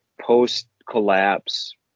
post-collapse